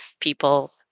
people